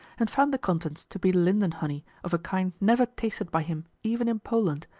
and found the contents to be linden honey of a kind never tasted by him even in poland,